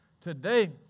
Today